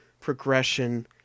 progression